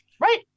Right